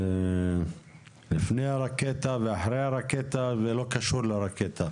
לפני הרקטה ואחרי הרקטה ולא קשור לרקטה,